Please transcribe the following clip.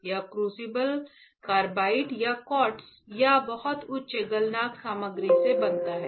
यह crucible carbide या quartz या बहुत उच्च गलनांक सामग्री से बना है